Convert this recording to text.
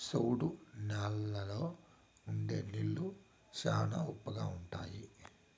సౌడు న్యాలల్లో ఉండే నీళ్లు శ్యానా ఉప్పగా ఉంటాయి